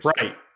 Right